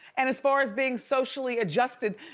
and as far as being socially adjusted,